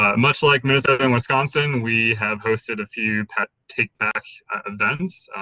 ah much like minnesota and wisconsin we have hosted a few pet take back events,